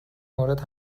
مورد